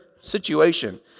situation